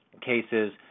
cases